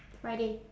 friday